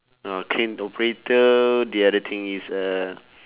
ah crane operator the other things is uh